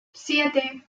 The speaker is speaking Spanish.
siete